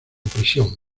prisión